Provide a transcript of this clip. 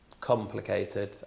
complicated